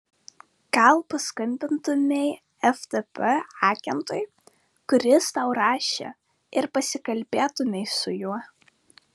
gal paskambintumei ftb agentui kuris tau rašė ir pasikalbėtumei su juo